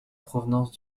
provenance